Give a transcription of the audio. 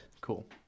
Cool